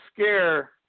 scare